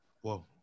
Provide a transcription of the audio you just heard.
Whoa